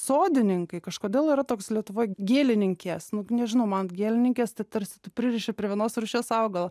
sodininkai kažkodėl yra toks lietuvoj gėlininkės nu nežinau man gėlininkės tai tarsi tu pririši prie vienos rūšies augalo